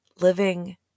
living